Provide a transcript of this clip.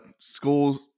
schools